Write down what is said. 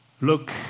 Look